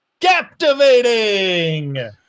Captivating